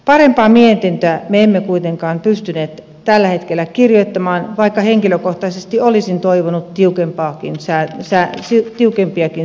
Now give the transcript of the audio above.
parempaa mietintöä me emme kuitenkaan pystyneet tällä hetkellä kirjoittamaan vaikka henkilökohtaisesti olisin toivonut tiukempiakin säännöksiä